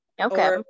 Okay